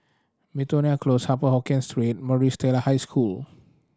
Miltonia Close Upper Hokkien Street Maris Stella High School